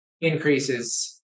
increases